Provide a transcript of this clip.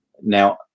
Now